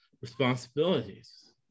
responsibilities